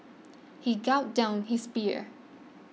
he gulped down his beer